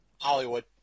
Hollywood